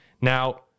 Now